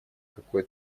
какое